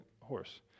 horse